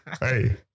Hey